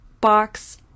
box